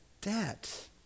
Debt